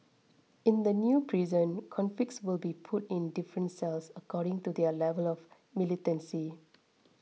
in the new prison convicts will be put in different cells according to their level of militancy